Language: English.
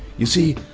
you see,